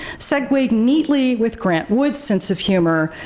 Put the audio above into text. segwayed neatly with grant wood's sense of humor,